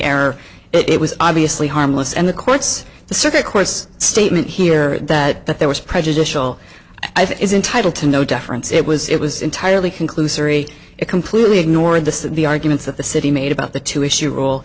error it was obviously harmless and the courts the circuit course statement here that that there was prejudicial i think is entitled to know deference it was it was entirely conclusory it completely ignored the arguments that the city made about the two issue rule